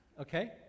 Okay